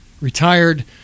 retired